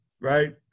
right